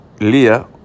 LIA